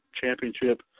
Championship